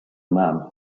man